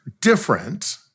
different